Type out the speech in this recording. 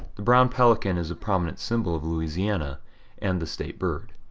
the brown pelican is a prominent symbol of louisiana and the state bird.